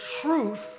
truth